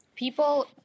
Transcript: People